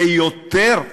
ויותר,